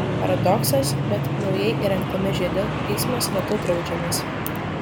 paradoksas bet naujai įrengtame žiede eismas ratu draudžiamas